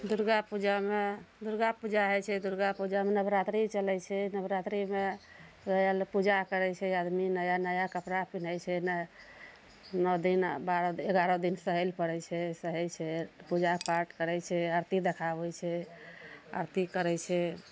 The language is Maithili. दुर्गा पूजामे दुर्गा पूजा होइ छै दुर्गापूजामे नवरात्रि चलय छै नवरात्रिमे पूजा करय छै आदमी नया नया कपड़ा पिन्हय छै न नओ दिन बारह एगारह दिन सहय लए पड़य छै सहय छै पूजा पाठ करय छै आरती देखाबय छै आरती करय छै